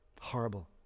Horrible